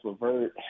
Levert